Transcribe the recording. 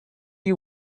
you